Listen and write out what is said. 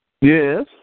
Yes